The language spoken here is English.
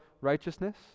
righteousness